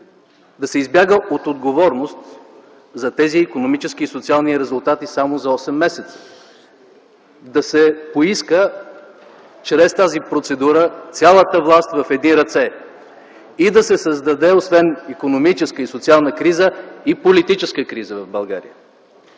да се избяга от отговорност за тези икономически и социални резултати само за осем месеца, да се поиска чрез тази процедура цялата власт в едни ръце и да се създаде, освен икономическа и социална криза, и политическа криза в България.